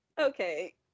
okay